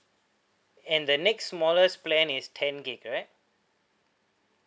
and the next smallest plan is ten gig correct